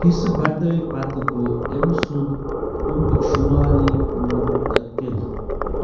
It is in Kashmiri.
حِصہٕ بٹٲے پتہٕ گوٚو أمۍ سُنٛد كُمبہٕ شُمالی منتقٕل